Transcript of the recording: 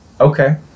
okay